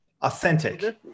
authentic